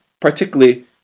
particularly